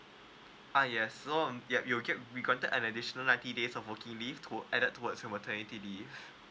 ah yes so um yup you'll get an additional ninety days of working leaves to adapt towards your maternity leave